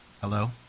hello